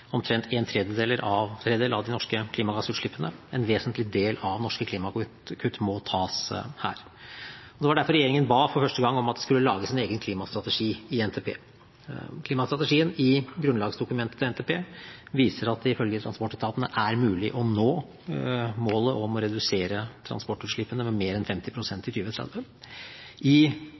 omtrent en tredjedel av de norske klimagassutslippene. En vesentlig del av norske klimakutt må tas her. Det var derfor regjeringen for første gang ba om at det skulle lages en egen klimastrategi i NTP. Klimastrategien i grunnlagsdokumentet til NTP viser at det i følge transportetatene er mulig å nå målet om å redusere transportutslippene med mer enn 50 pst. i 2030. I